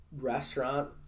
restaurant